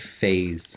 phase